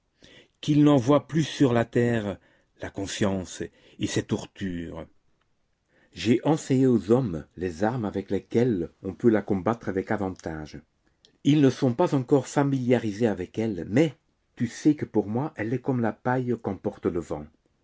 qu'il n'envoie plus sur la terre la conscience et ses tortures j'ai enseigné aux hommes les armes avec lesquelles on peut la combattre avec avantage ils ne sont pas encore familiarisés avec elle mais tu sais que pour moi elle est comme la paille qu'emporte le vent